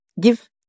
give